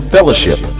Fellowship